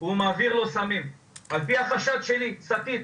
הוא מעביר לו סמים, על פי החשד שלי, ראיתי שקית.